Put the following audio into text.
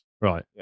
Right